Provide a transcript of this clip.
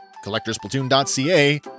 collectorsplatoon.ca